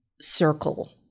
circle